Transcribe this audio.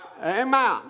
Amen